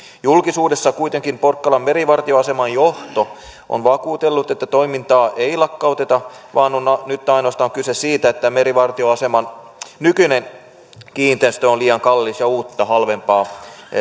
julkisuudessa kuitenkin porkkalan merivartioaseman johto on vakuutellut että toimintaa ei lakkauteta vaan nyt on ainoastaan kyse siitä että merivartioaseman nykyinen kiinteistö on liian kallis ja uutta halvempaa